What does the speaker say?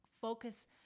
focus